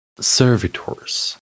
servitors